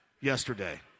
yesterday